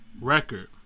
Record